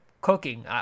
cooking